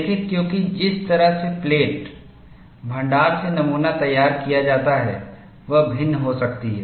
देखें क्योंकि जिस तरह से प्लेट भण्डार से नमूना तैयार किया जाता है वह भिन्न हो सकती है